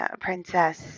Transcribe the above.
Princess